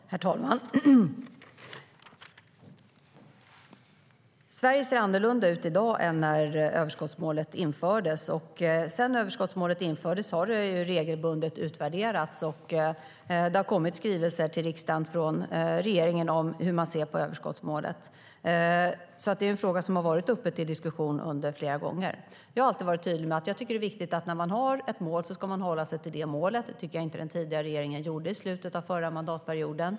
Herr talman! Sverige ser annorlunda ut i dag än när överskottsmålet infördes. Sedan överskottsmålet infördes har det regelbundet utvärderats, och det har kommit skrivelser till riksdagen från regeringen om hur man ser på överskottsmålet. Det är alltså en fråga som har varit uppe till diskussion flera gånger. Jag har alltid varit tydlig med att jag tycker att det är viktigt att när man har ett mål håller sig till det målet. Det tycker jag inte att den tidigare regeringen gjorde i slutet av den förra mandatperioden.